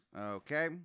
Okay